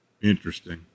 Interesting